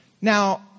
Now